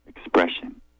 expression